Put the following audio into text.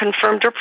confirmed